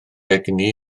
egni